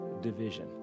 division